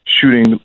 shooting